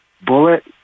bullet